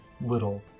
little